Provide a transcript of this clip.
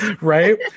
right